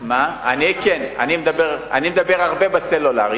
אדוני השר, אני כן, אני מדבר הרבה בסלולר.